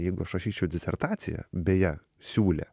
jeigu aš rašyčiau disertaciją beje siūlė